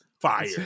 Fire